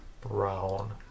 Brown